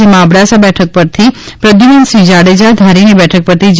જેમાં અબડાસા બેઠક પરથી પ્રદ્યુમનસિંહ જાડેજા ધારીની બેઠક પરથી જે